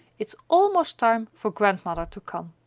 it is almost time for grandmother to come.